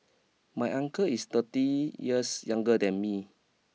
my uncle is thirty years younger than me